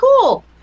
Cool